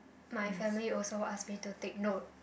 my family also ask me to take note